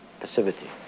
passivity